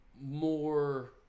more